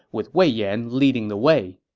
with wei yan leading the way.